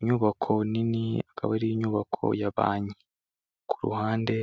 Inyubako nini akaba ari inyubako ya banki, ku ruhande